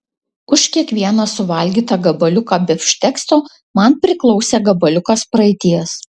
už kiekvieną suvalgytą gabaliuką bifštekso man priklausė gabaliukas praeities